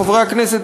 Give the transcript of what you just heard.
חברי הכנסת,